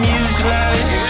useless